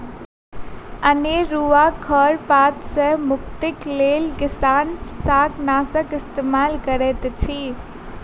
अनेरुआ खर पात सॅ मुक्तिक लेल किसान शाकनाशक इस्तेमाल करैत अछि